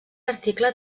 article